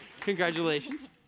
Congratulations